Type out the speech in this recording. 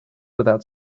without